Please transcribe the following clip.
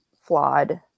flawed